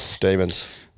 Demons